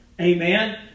Amen